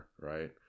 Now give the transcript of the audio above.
right